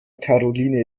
karoline